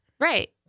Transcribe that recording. Right